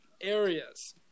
areas